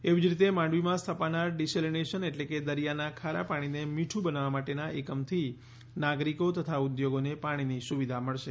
એવી જ રીતે માંડવીમાં સ્થપનાર ડિસેલીનેશન એટલે કે દરીયાના ખારા પાણીને મીઠુ બનાવવા માટેના એકમથી નાગરિકો તથા ઉદ્યોગોને પાણીની સુવિધા મળશે